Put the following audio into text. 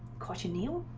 question you